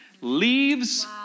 leaves